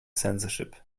censorship